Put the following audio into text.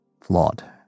flawed